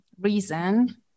reason